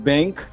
Bank